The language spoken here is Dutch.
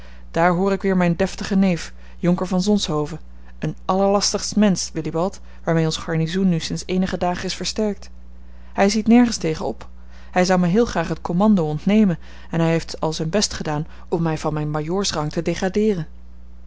daar hoor ik weer mijn deftigen neef jonker van zonshoven een allerlastigst mensch willibald waarmee ons garnizoen nu sinds eenige dagen is versterkt hij ziet nergens tegen op hij zou mij heel graag het commando ontnemen en hij heeft al zijn best gedaan om mij van mijn majoorsrang te degradeeren